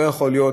לא יכול להיות,